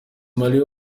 mali